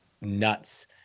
nuts